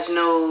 no